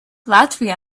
latvia